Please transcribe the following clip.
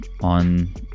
on